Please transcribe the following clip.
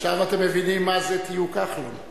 עכשיו אתם מבינים מה זה "תהיו כחלון".